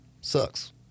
sucks